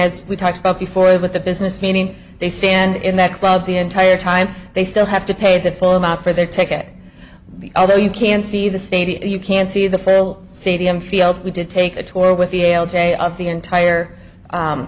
as we talked about before with the business meaning they stand in that club the entire time they still have to pay the full amount for their ticket although you can see the stadium you can see the farrell stadium field we did take a tour with the l j of the entire